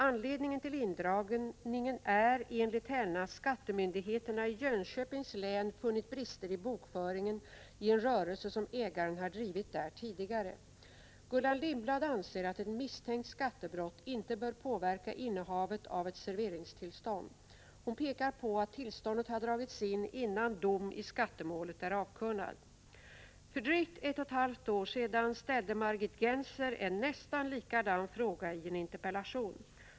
Anledningen till indragningen är enligt henne att skattemyndigheterna i Jönköpings län funnit brister i bokföringen i en rörelse som ägaren har drivit där tidigare. Gullan Lindblad anser att ett misstänkt skattebrott inte bör påverka innehavet av ett serveringstillstånd. Hon pekar på att tillståndet har dragits in innan dom i skattemålet är avkunnad. För drygt ett och ett halvt år sedan ställde Margit Gennser en nästan likadan fråga i en interpellation.